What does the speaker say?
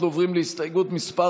אנחנו עוברים להסתייגות מס'